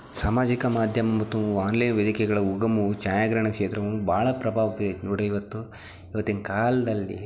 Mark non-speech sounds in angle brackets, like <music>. ಸಾಮಾಜಿಕ ಮಾಧ್ಯಮ ಮತ್ತು ಆನ್ಲೈನ್ ವೇದಿಕೆಗಳ ಉಗಮವು ಛಾಯಾಗ್ರಹಣ ಕ್ಷೇತ್ರವು ಭಾಳ ಪ್ರಭಾವ <unintelligible> ನೋಡಿ ಇವತ್ತು ಇವತ್ತಿನ ಕಾಲದಲ್ಲಿ